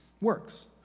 works